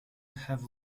have